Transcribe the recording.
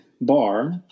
bar